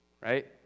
right